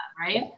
right